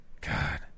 God